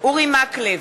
אורי מקלב,